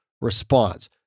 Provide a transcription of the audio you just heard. response